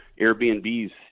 airbnbs